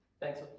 Thanks